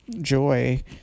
joy